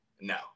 no